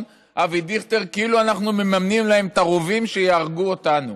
אבי דיכטר כאילו אנחנו מממנים להם את הרובים שיהרגו אותנו.